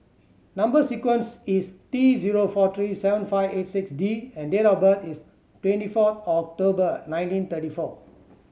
number sequence is T zero four three seven five eight six D and date of birth is twenty four October nineteen thirty four